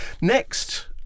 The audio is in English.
Next